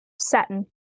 Satin